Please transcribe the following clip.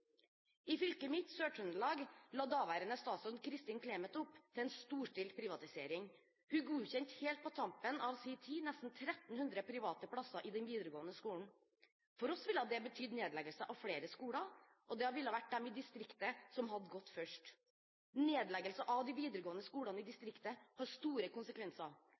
I fylket mitt, Sør-Trøndelag, la daværende statsråd, Kristin Clemet, opp til en storstilt privatisering. Helt på tampen av sin tid som statsråd godkjente hun nesten 1 300 private plasser i den videregående skolen. For oss ville det ha betydd nedleggelser av flere skoler, og det ville ha vært skolene i distriktet som hadde gått først. Nedleggelser av de videregående skolene i distriktet har store konsekvenser